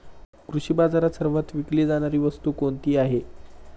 कृषी बाजारात सर्वात विकली जाणारी वस्तू कोणती आहे?